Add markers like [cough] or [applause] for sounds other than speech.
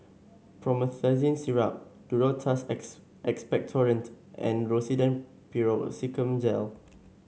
Promethazine Syrup Duro Tuss [unintelligible] Expectorant and Rosiden Piroxicam Gel